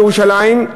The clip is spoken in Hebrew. בירושלים.